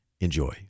Enjoy